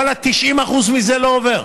ואללה, 90% מזה לא עובר.